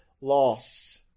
loss